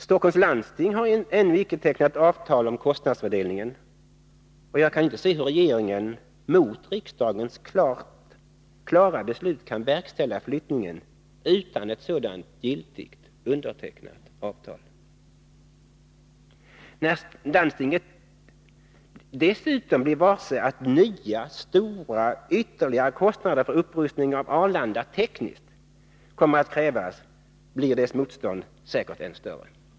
Stockholms landsting har ännu icke tecknat avtal om kostnadsfördelningen, och jag kan inte se hur regeringen mot riksdagens klara beslut kan verkställa flyttningen utan ett sådant giltigt undertecknat avtal. När landstinget dessutom blir varse att nya stora ytterligare kostnader för teknisk upprustning av Arlanda kommer att krävas, blir dess motstånd säkert än större.